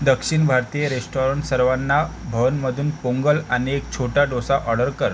दक्षिण भारतीय रेस्टॉरण सर्वणा भवनमधून पोंगल आणि एक छोटा डोसा ऑर्डर कर